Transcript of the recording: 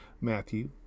Matthew